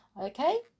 okay